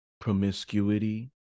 promiscuity